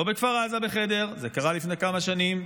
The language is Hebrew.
לא בכפר עזה בחדר, זה קרה לפני כמה שנים,